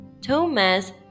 Thomas